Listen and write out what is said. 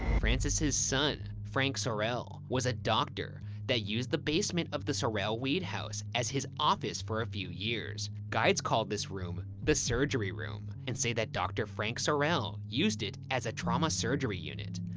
francis' son, frank sorrel, was a doctor that used the basement of the sorrel-weed house as his office for a few years. guides call this room the surgery room and say that dr. frank sorrel used it as a trauma surgery unit.